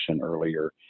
earlier